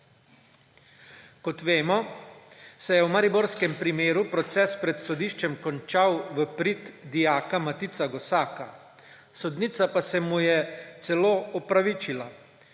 Kot vemo, se je v mariborskem primeru proces pred sodiščem končal v prid dijaka Matica Gosaka, sodnica pa se mu je celo opravičila.